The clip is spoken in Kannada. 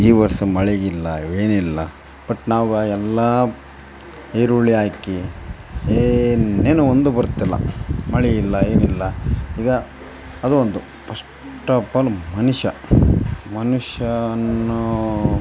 ಈ ವರ್ಷ ಮಳೆಗಿಲ್ಲ ಏನಿಲ್ಲಾ ಬಟ್ ನಾವು ಎಲ್ಲ ಈರುಳ್ಳಿ ಹಾಕಿ ಏನೇನು ಒಂದು ಬರ್ತಿಲ್ಲ ಮಳೆಯಿಲ್ಲ ಏನಿಲ್ಲ ಈಗ ಅದು ಒಂದು ಪಸ್ಟ್ ಅಪ್ ಆಲ್ ಮನುಷ್ಯ ಮನುಷ್ಯ ಅನ್ನೋ